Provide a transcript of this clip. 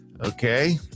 Okay